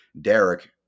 Derek